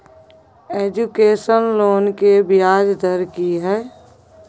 Education loan के ब्याज दर की हय?